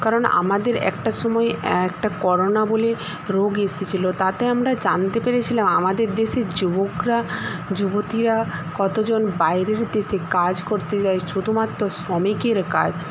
কারণ আমাদের একটা সময়ে একটা করোনা বলে রোগ এসেছিল তাতে আমরা জানতে পেরেছিলাম আমাদের দেশের যুবকরা যুবতীরা কতজন বাইরের দেশে কাজ করতে যায় শুধুমাত্র শ্রমিকের কাজ